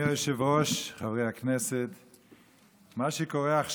חידוש חלוקת הכרטיסים הנטענים לרכישת מזון ומוצרים